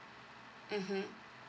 mmhmm